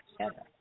together